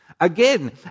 Again